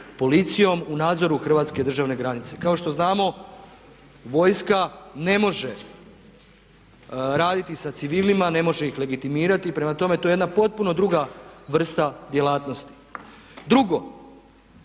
policijom u nadzoru hrvatske državne granice. Kao što znamo vojska ne može raditi sa civilima, ne može ih legitimirati. Prema tome, to je jedna potpuno druga vrsta djelatnosti. Drugo,